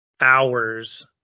hours